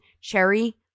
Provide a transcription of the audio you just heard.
cherry